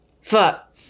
fuck